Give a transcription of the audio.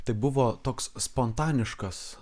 tai buvo toks spontaniškas